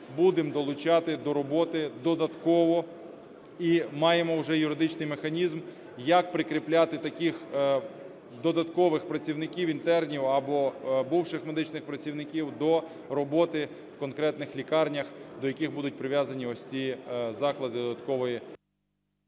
будемо долучати до роботи додатково. І маємо вже юридичний механізм, як прикріпляти таких додаткових працівників-інтернів або бувших медичних працівників до роботи в конкретних лікарнях, до яких будуть прив'язані ось ці заклади додаткової...